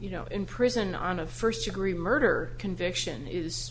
you know in prison on a first degree murder conviction is